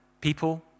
people